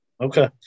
Okay